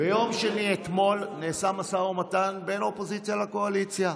ביום שני אתמול נעשה משא ומתן בין האופוזיציה לקואליציה.